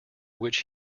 which